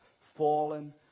fallen